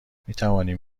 میتوانیم